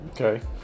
Okay